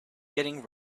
getting